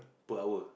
two hour